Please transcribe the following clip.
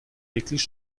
wirklich